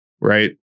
right